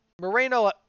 Moreno